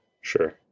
Sure